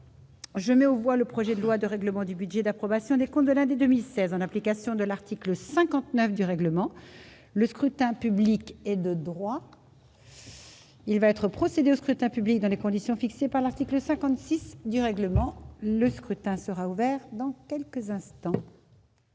je me vois le projet de loi de règlement du budget d'approbation des comptes de l'un des 2016 en application de l'article 59 du règlement, le scrutin public et de droit, il va être procédé au scrutin public dans les conditions fixées par l'article 56 du règlement, le scrutin sera ouvert dans quelques instants.